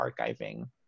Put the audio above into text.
archiving